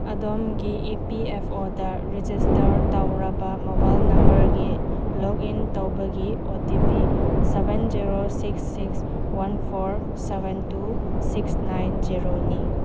ꯑꯗꯣꯝꯒꯤ E P F O register ꯇꯧꯔꯕ mobile ꯅꯝꯕꯔꯒꯤ ꯂꯣꯛ ꯏꯟ ꯇꯧꯕꯒꯤ O T P seven zero six six one four seven two six nine ꯖꯦꯔꯣꯅꯤ